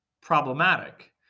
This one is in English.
problematic